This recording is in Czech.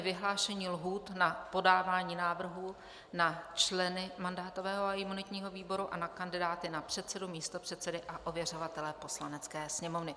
Vyhlášení lhůt na podávání návrhů na členy mandátového a imunitního výboru a na kandidáty na předsedu, místopředsedy a ověřovatele Poslanecké sněmovny